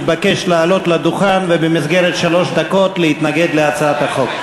מתבקש לעלות לדוכן ובמסגרת שלוש דקות להתנגד להצעת החוק.